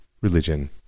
religion